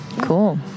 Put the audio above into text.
Cool